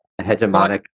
hegemonic